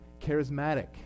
charismatic